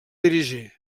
dirigir